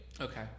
Okay